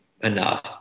enough